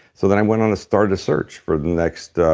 so then i went on to start a search for the next,